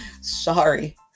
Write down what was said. Sorry